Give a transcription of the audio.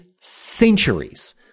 centuries